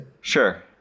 Sure